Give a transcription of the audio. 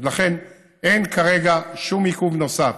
אז לכן, אין כרגע שום עיכוב נוסף.